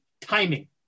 timing